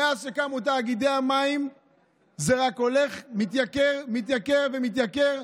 מאז שקמו תאגידי המים זה מתייקר ומתייקר.